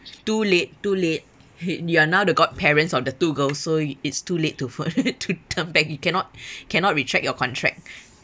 too late too late you are now the godparents of the two girls so it it's too late to f~ to turn back you cannot cannot retract your contract